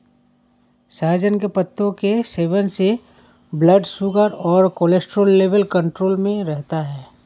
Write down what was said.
सहजन के पत्तों के सेवन से ब्लड शुगर और कोलेस्ट्रॉल लेवल कंट्रोल में रहता है